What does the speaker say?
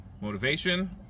motivation